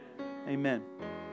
Amen